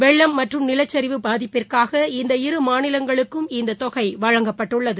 வெள்ளம் மற்றும் நிலச்சரிவு பாதிப்பிற்காக இந்த இரு மாநிலங்களுக்கும் இந்த தொகை வழங்கப்பட்டுள்ளது